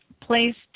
placed